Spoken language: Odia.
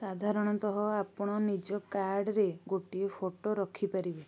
ସାଧାରଣତଃ ଆପଣ ନିଜ କାର୍ଡ଼ରେ ଗୋଟିଏ ଫଟୋ ରଖିପାରିବେ